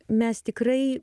mes tikrai